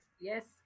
Yes